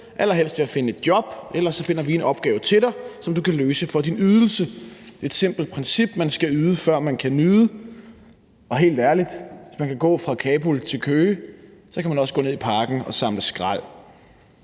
allerhelst ved at finde et job, ellers finder vi en opgave til vedkommende, som personen kan løse for din ydelse. Det handler om et simpelt princip, nemlig at man skal yde, før man kan nyde. Og helt ærligt, hvis man kan gå fra Kabul til Køge, kan man også gå ned i parken og samle skrald.